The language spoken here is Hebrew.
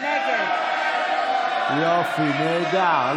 נגד יופי, נהדר.